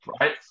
right